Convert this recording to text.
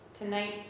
Tonight